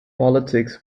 politics